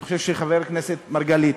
אני חושב שחבר הכנסת מרגלית,